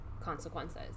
consequences